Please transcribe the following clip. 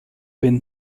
been